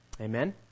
Amen